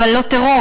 אבל לא טרור,